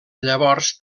llavors